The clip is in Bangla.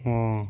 ও